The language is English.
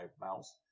mouse